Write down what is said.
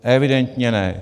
Evidentně ne.